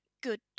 Good